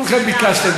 כולכם ביקשתם בשבילו.